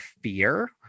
fear